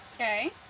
Okay